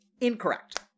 Incorrect